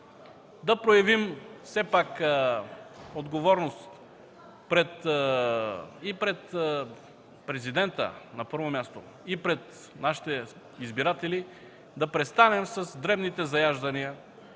да проявим все пак отговорност и пред президента, на първо място, и пред нашите избиратели – да престанем с дребните заяждания